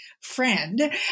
friend